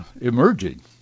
emerging